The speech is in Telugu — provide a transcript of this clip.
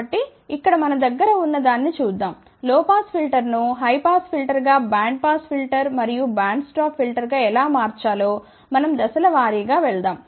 కాబట్టి ఇక్కడ మన దగ్గర ఉన్న దాన్ని చూద్దాం లో పాస్ ఫిల్టర్ను హై పాస్ ఫిల్టర్గా బ్యాండ్పాస్ ఫిల్టర్ మరియు బ్యాండ్ స్టాప్ ఫిల్టర్గా ఎలా మార్చాలో మనం దశల వారీ గా వెళ్దాం